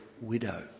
widow